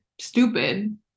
stupid